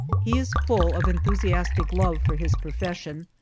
he is full of enthusiastic love for his profession,